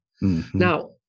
Now